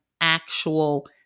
actual